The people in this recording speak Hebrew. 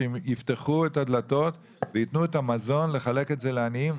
שיפתחו את הדלתות וייתנו את המזון ויחלקו לעניים.